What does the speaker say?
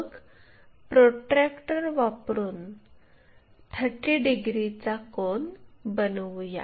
मग प्रोट्रॅक्टर वापरून 30 डिग्रीचा कोन बनवूया